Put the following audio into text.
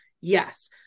Yes